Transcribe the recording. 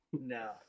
no